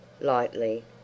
lightly